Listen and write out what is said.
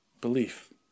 Belief